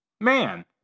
Man